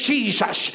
Jesus